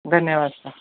धन्यवाद आपका